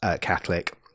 Catholic